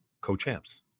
co-champs